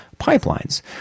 pipelines